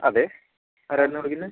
അതെ ആരായിരുന്നു വിളിക്കുന്നത്